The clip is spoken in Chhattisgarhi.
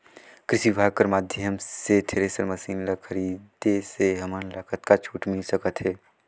कृषि विभाग कर माध्यम से थरेसर मशीन ला खरीदे से हमन ला कतका छूट मिल सकत हे?